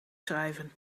schrijven